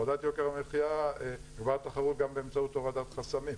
הורדת יוקר המחייה --- תחרות גם באמצעות הורדת חסמים.